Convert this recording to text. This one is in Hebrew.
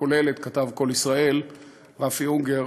כולל את כתב קול ישראל רפי אונגר,